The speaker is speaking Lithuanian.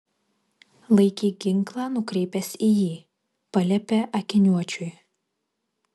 laikyk ginklą nukreipęs į jį paliepė akiniuočiui